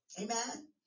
Amen